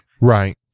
Right